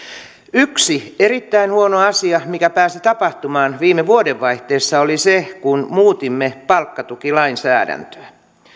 yksi erittäin huono asia mikä pääsi tapahtumaan viime vuodenvaihteessa oli se kun muutimme palkkatukilainsäädäntöä